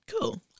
cool